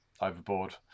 overboard